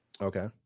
Okay